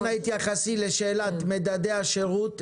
אנא התייחסי לשאלת מדדי השירות,